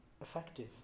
effective